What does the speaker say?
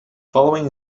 following